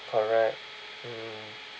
correct mm